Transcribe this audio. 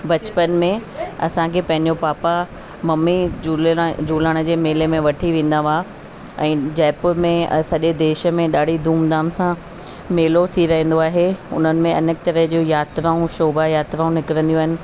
बचपन में असांखे पंहिंजो पापा मम्मी झूलेण झूलण जे मेले में वठी वेंदा हुआ ऐं जयपुर में सॼे देश में ॾाढी धूमधाम सां मेलो थी रहंदो आहे उन्हनि में अनेक तरह जूं यात्राऊं शोभा यात्राऊं निकिरंदियूं आहिनि